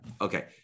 Okay